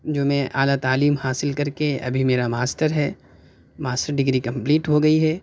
جو میں اعلیٰ تعلیم حاصل کر کے ابھی میرا ماسٹر ہے ماسٹر ڈگری کمپلیٹ ہوگئی ہے